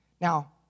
Now